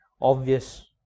obvious